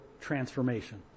transformation